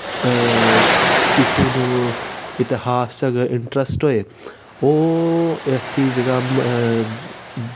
कुसै गी इतिहास च अगर इंटरस्ट होए ओह् ऐसी जगह